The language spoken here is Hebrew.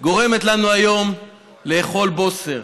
גורמת לנו היום לאכול בוסר.